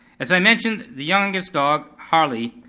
as i mentioned, the youngest dog, harley,